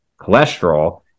cholesterol